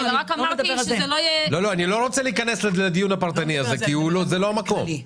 אני לא רוצה להיכנס לדיון הפרטני הזה כי זה לא המקום.